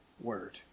word